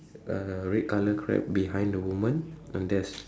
uh red colour crab behind the woman and there's